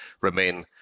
remain